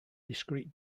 discrete